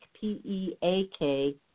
P-E-A-K